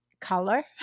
color